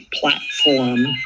platform